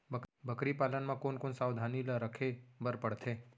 बकरी पालन म कोन कोन सावधानी ल रखे बर पढ़थे?